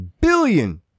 billion